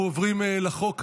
אנחנו עוברים לחוק הבא,